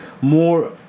more